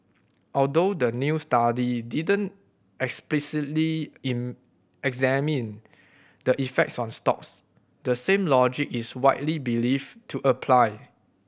although the new study didn't explicitly in examine the effects on stocks the same logic is widely believed to apply